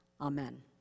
Amen